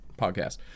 podcast